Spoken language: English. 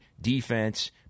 defense